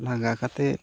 ᱞᱟᱸᱜᱟ ᱠᱟᱛᱮᱫ